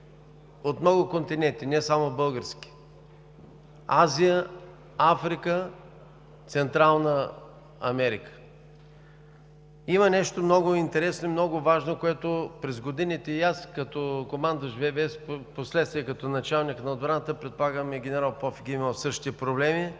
в много континенти, не само в Европа – в Азия, Африка, Централна Америка. Има нещо много интересно и важно, което през годините и аз като командващ ВВС и впоследствие като началник на отбраната, предполагам и генерал Попов ги е имал същите проблеми